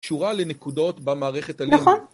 קשורה לנקודות במערכת הלימוד.